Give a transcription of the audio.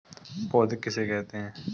पौध किसे कहते हैं?